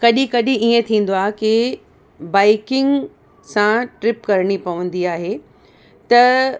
कॾहिं कॾहिं ईअं थींदो आहे कि बाइकिंग सां ट्रिप करिणी पवंदी आ तहे